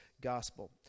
gospel